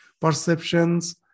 perceptions